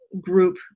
group